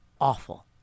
awful